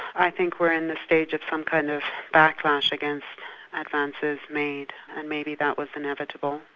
i think we're in the stage of some kind of backlash against advances made, and maybe that was inevitable.